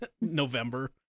november